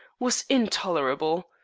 was intolerable.